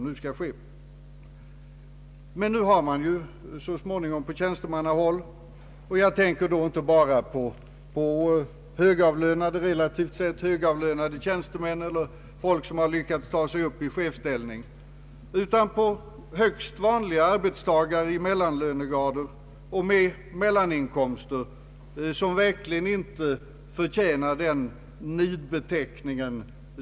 På tjänstemannahåll har man så småningom upptäckt att man får vara tacksam, om den tillkämpade standarden inte alltför mycket urholkas av penningvärdeförsämring och = stigande skatter i samband med löneuppräkningar just på grund av den fortskridande inflationen.